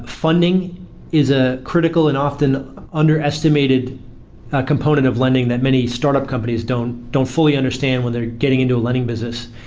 funding is a critical and often underestimated component of lending that many startup companies don't don't fully understand when they're getting into a lending business.